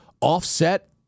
offset